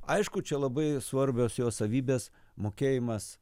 aišku čia labai svarbios jo savybės mokėjimas